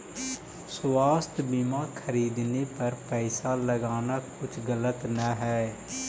स्वास्थ्य बीमा खरीदने पर पैसा लगाना कुछ गलत न हई